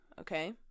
Okay